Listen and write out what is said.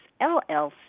LLC